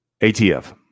ATF